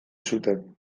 zuten